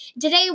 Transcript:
Today